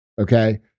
okay